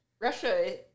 Russia